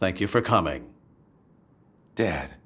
thank you for coming dad